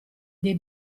dei